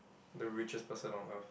the richest person on earth